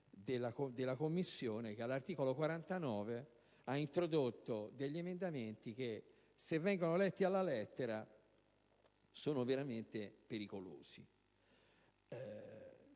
della Commissione, che all'articolo 49 ha introdotto degli emendamenti che, se letti alla lettera, sono veramente pericolosi: